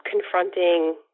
confronting